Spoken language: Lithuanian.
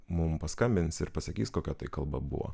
mum paskambins ir pasakys kokia tai kalba buvo